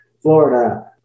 Florida